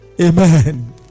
Amen